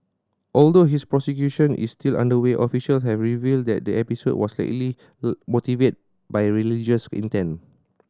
although his prosecution is still underway official have revealed that the episode was highly motivated by religious intent